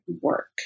work